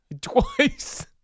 Twice